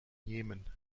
jemen